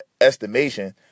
estimation